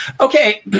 okay